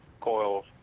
coils